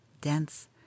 dense